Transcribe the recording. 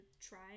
try